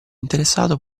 interessato